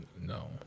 No